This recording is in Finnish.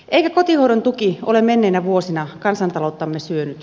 eikä kotihoidon tuki ole menneinä vuosina kansantalouttamme syönyt